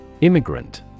Immigrant